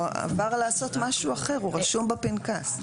הוא עבר לעשות משהו אחר והוא רשום בפנקס.